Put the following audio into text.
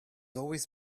always